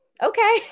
okay